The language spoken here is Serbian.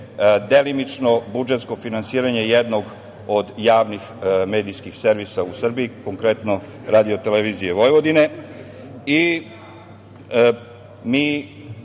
delimično budžetsko finansiranje jednog od javnih medijskih servisa u Srbiji, konkretno Radio-televizije Vojvodine.